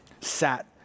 sat